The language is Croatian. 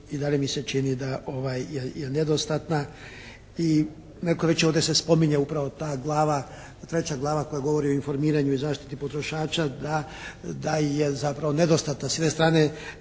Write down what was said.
i dalje mi se čini da je nedostatna i netko je već ovdje se spominje ta glava, treća glava koja govori o informiranju i zaštiti potrošača da je zapravo nedostatna, s jedne strane